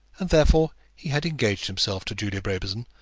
and therefore he had engaged himself to julia brabazon,